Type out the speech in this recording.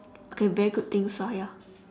okay very good things lah ya